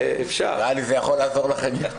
נראה לי שזה יכול לעזור לכם.